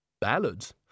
Ballads